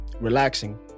relaxing